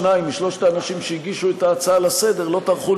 שניים משלושת האנשים שהגישו את ההצעה לסדר-היום לא טרחו